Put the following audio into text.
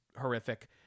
horrific